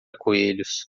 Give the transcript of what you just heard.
coelhos